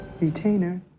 Retainer